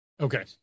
Okay